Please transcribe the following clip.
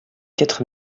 quatre